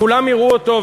וכולם יראו אותו.